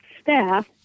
staff